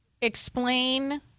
explain